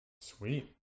Sweet